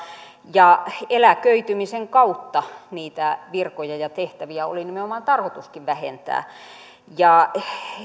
ja eläköitymisen kautta niitä virkoja ja tehtäviä oli nimenomaan tarkoituskin vähentää